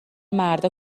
مردا